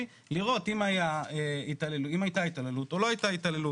לראות אם הייתה התעללות או לא הייתה התעללות.